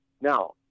Now